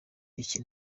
iki